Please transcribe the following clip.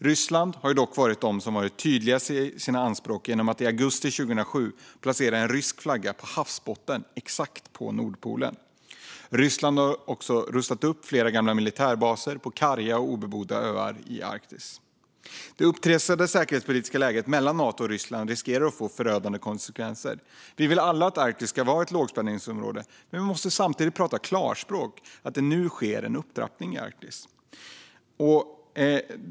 Ryssland är dock det land som har varit tydligast i sina anspråk genom att i augusti 2007 placera en rysk flagga på havsbottnen exakt på Nordpolen. Ryssland har också rustat upp flera gamla militärbaser på karga och obebodda öar i Arktis. Det upptrissade säkerhetspolitiska läget mellan Nato och Ryssland riskerar att få förödande konsekvenser. Vi vill alla att Arktis ska vara ett lågspänningsområde, men vi måste samtidigt prata klarspråk om att det nu sker en upptrappning i Arktis.